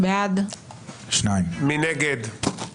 מי נגד?